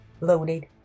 loaded